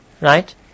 right